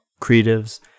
creatives